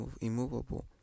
immovable